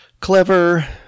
clever